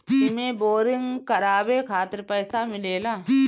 एमे बोरिंग करावे खातिर पईसा मिलेला